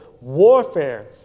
warfare